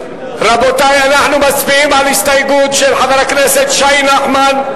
אנחנו מצביעים על הסתייגות של חבר הכנסת שי נחמן,